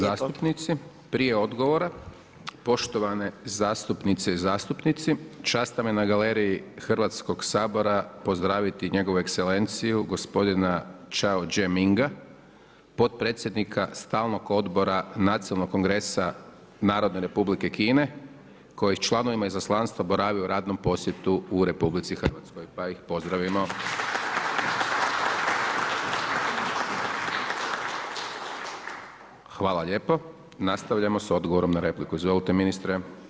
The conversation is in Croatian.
Hvala zastupnici, prije odgovora, poštovane zastupnice i zastupnici, čast nam je na galeriji Hrvatskog saboru, pozdraviti njegovu ekselenciju, gospodina Ciao Ge Minga, potpredsjednika stalnog odbora nacionalnog kongresa Narodne Republike Kine, koji članovima izaslanstva boravi u radnom posjetu u RH, pa ih pozdravimo … Hvala lijepo, nastavljamo s odgovorom na repliku, izvolite, ministre.